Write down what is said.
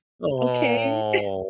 Okay